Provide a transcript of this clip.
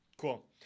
Cool